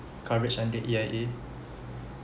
coverage under A_I_A